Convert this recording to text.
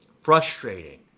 frustrating